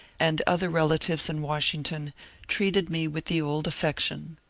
and other relatives in wash ington treated me with the old affection.